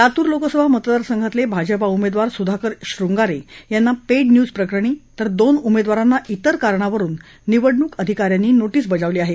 लातूर लोकसभा मतदार संघातले भाजपा उमेदवार सुधाकर श्रंगारे यांना पेड न्यूज प्रकरणी तर दोन उमेदवारांना इतर कारणावरून निवडणूक धिकाऱ्यांनी नोटीस बजावली आहे